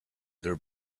their